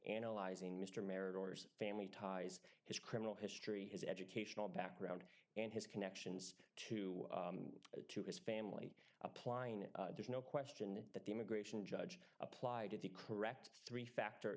analyzing mr meridor years family ties his criminal history as educational background and his connections to his family applying there's no question that the immigration judge applied the correct three factor